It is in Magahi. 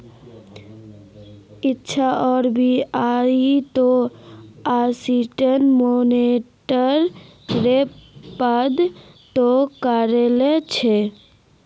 इच्छा आर.बी.आई त असिस्टेंट मैनेजर रे पद तो कार्यरत छे